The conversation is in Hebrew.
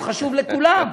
הוא חשוב לכולם.